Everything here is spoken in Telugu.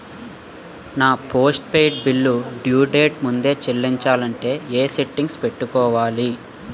నా post paid bill due date ముందే చెల్లించాలంటే ఎ సెట్టింగ్స్ పెట్టుకోవాలి?